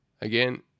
Again